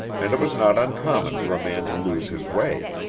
and it was not uncommon for a man to lose his way.